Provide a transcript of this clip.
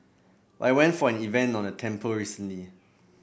but I went for an event at a temple recently